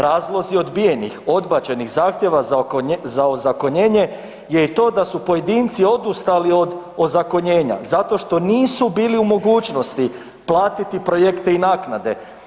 Razlozi odbijenih, odbačenih zahtjeva za ozakonjenje je i to da su pojedinci odustali od ozakonjenja zato što nisu bili u mogućnosti platiti projekte i naknade.